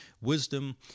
Wisdom